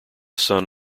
son